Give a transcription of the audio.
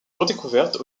redécouverte